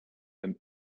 and